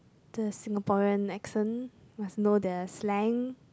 the Singaporean accent must know their slang